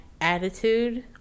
Attitude